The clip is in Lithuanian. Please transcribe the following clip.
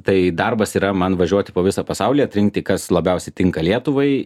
tai darbas yra man važiuoti po visą pasaulį atrinkti kas labiausiai tinka lietuvai